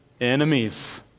enemies